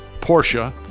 Porsche